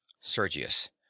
Sergius